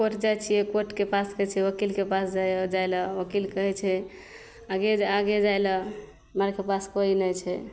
court जाइ छिए कोर्टके पास कहै छै ओकीलके पास जाए जाए ले ओकील कहै छै आगे आगे जाए ले हमरा आओरके पास कोइ नहि छै